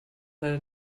leider